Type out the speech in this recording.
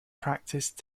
practice